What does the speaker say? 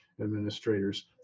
administrators